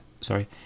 sorry